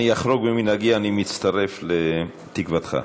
אני אחרוג ממנהגי, אני מצטרף לתקוותך.